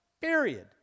period